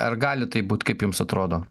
ar gali taip būt kaip jums atrodo